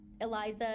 Eliza